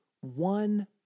one